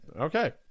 okay